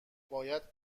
باید